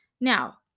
Now